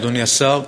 אדוני השר,